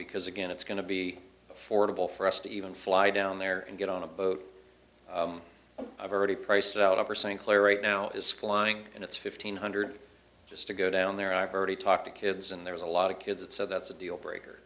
because again it's going to be fordable for us to even fly down there and get on a boat i've already priced out over st clair right now is flying and it's fifteen hundred just to go down there i've already talked to kids and there's a lot of kids so that's a deal breaker